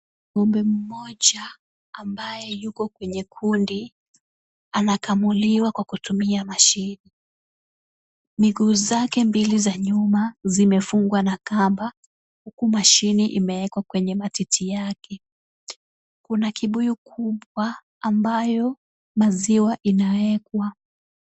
Ng'ombe mmoja ambaye yuko kwenye kundi anakamuliwa kwa kutumia mashine. Miguu zake mbili za nyuma zimefungwa na kamba huku mashine imewekwa kwenye matiti yake. Kuna kibuyu kubwa ambayo maziwa inawekwa.